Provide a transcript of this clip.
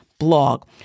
blog